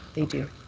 they do.